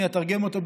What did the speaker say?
ואני אתרגם אותו,